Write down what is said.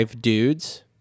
dudes